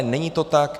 Není to tak.